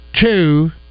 two